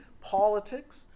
Politics